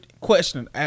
question